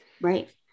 Right